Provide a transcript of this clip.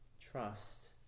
trust